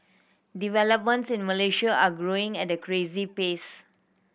developments in Malaysia are growing at a crazy pace